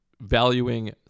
valuing